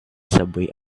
subway